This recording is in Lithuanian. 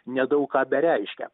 nedaug ką bereiškia